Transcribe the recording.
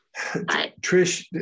Trish